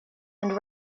and